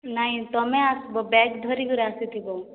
ନାହିଁ ତୁମେ ଆସିବ ବ୍ୟାଗ ଧରି କରି ଆସିଥିବ